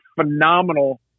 phenomenal